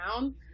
down